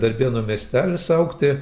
darbėnų miestelis augti